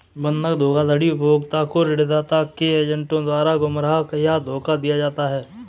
बंधक धोखाधड़ी उपभोक्ता को ऋणदाता के एजेंटों द्वारा गुमराह या धोखा दिया जाता है